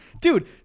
Dude